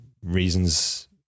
reasons